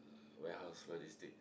warehouse logistics